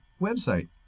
website